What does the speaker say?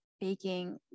baking